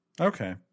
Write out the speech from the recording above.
okay